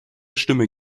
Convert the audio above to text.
stimme